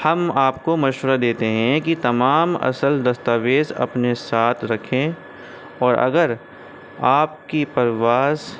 ہم آپ کو مشورہ دیتے ہیں کہ تمام اصل دستاویز اپنے ساتھ رکھیں اور اگر آپ کی پروس